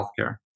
healthcare